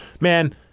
man